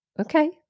Okay